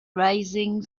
rising